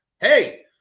Hey